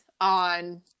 on